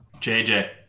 jj